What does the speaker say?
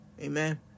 Amen